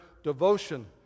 devotion